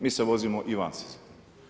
Mi se vozimo i van sezone.